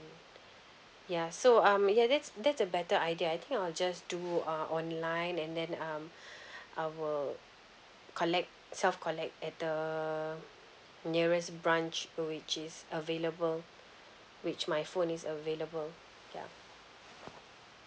ya so um yeah that's that's a better idea I think I'll just do uh online and then um I will collect self collect at the nearest branch which is available which my phone is available yup